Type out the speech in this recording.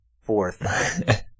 fourth